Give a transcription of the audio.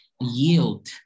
yield